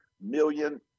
million